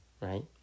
right